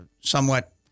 somewhat